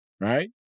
right